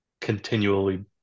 continually